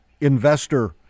investor